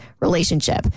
relationship